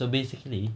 so basically